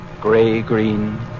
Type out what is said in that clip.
Gray-green